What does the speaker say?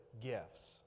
gifts